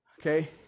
Okay